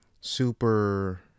super